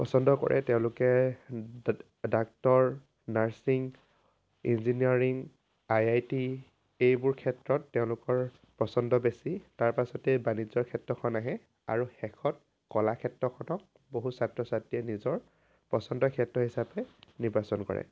পচন্দ কৰে তেওঁলোকে doctor nursing engineering I I T এইবোৰ ক্ষেত্ৰত তেওঁলোকৰ পচন্দ বেছি তাৰ পাছতেই বাণিজ্য ক্ষেত্ৰখন আহে আৰু শেষত কলা ক্ষেত্ৰখনক বহু ছাত্ৰ ছাত্ৰীয়ে নিজৰ পচন্দৰ ক্ষেত্ৰ হিচাপে নিৰ্বাচন কৰে